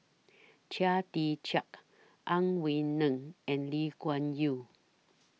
Chia Tee Chiak Ang Wei Neng and Lee Kuan Yew